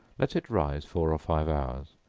let it rise four or five hours,